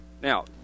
Now